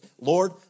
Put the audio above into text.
Lord